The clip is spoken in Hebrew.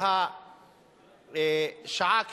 שהשעה כשרה,